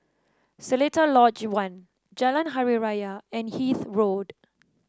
Seletar Lodge One Jalan Hari Raya and Hythe Road